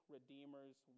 redeemer's